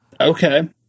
Okay